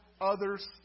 others